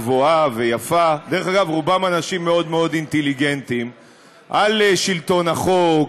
היא במקלט לנשים מוכות, דהיינו בבית שלה.